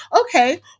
okay